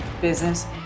business